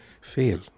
fail